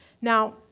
Now